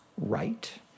right